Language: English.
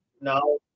Now